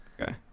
Okay